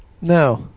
No